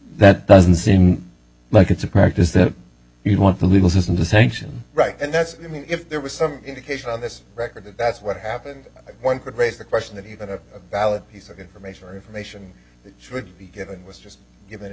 that doesn't seem like it's a practice that you want the legal system to sanction right and that's i mean if there was some indication on this record that that's what happened one could raise the question even of a valid piece of information or information that should be given was just given